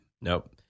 Nope